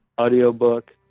audiobook